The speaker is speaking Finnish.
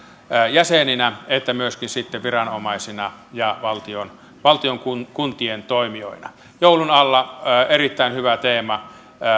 jäsenenä että myöskin viranomaisina valtion valtion ja kuntien toimijoina joulun alla erittäin hyvä teema